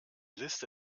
liste